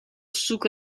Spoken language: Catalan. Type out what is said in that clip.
suc